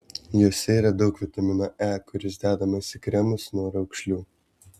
juose yra daug vitamino e kuris dedamas į kremus nuo raukšlių